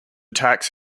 tax